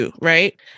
right